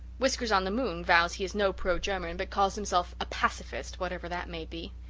whiskers-on-the-moon vows he is no pro-german but calls himself a pacifist, whatever that may be.